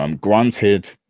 Granted